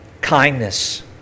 kindness